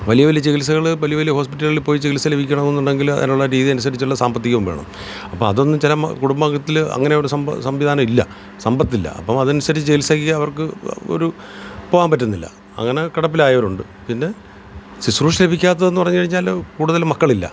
വലിയ വലിയ ചികിത്സകൾ വലിയ വലിയ ഹോസ്പ്പിറ്റലുകൾ പോയി ചികിത്സ ലഭിക്കണമെന്ന് ഉണ്ടെങ്കിൽ അതിനുള്ള രീതി അനുസരിച്ചുള്ള സാമ്പത്തികവും വേണം അപ്പം അതൊന്നും ചില കുടുംബത്തിൽ അങ്ങനെയുള്ള സംവിധാനം ഇല്ല സമ്പത്തില്ല അപ്പോൾ അതനുസരിച്ച് ചികിത്സയ്ക്ക് അവർക്ക് ഒരു പോവാൻ പറ്റുന്നില്ല അങ്ങനെ കിടപ്പിലായവരുണ്ട് പിന്നെ ശുശ്രൂഷ ലഭിക്കാത്തതെന്ന് പറഞ്ഞുകഴിഞ്ഞാൽ കൂടുതലും മക്കളില്ല